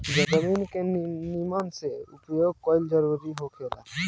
जमीन के निमन से उपयोग कईल जरूरी होखेला